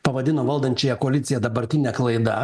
pavadino valdančiąją koaliciją dabartine klaida